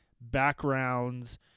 backgrounds